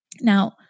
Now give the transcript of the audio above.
Now